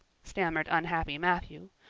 stammered unhappy matthew,